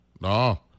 no